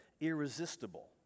irresistible